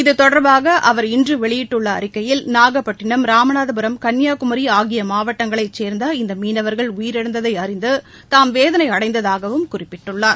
இது தொடர்பாக இன்று வெளியிட்டுள்ள அறிக்கையில் நாகப்பட்டினம் ராமநாதபுரம் கன்னியாகுமரி ஆகிய மாவட்டங்களை சேர்ந்த இந்த மீனவர்கள் உயிரிழந்ததை அறிந்து தாம் வேதனை அடைந்ததாகவும் குறிப்பிட்டுள்ளார்